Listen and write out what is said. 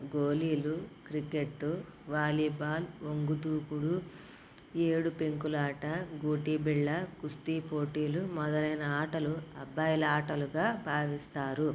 గోలీలు cricket volleyball వంగు దూకుడు ఏడు పెంకులాట గూటి బిళ్ళ కుస్తీ పోటీలు మొదలైన ఆటలు అబ్బాయిల ఆటలుగా భావిస్తారు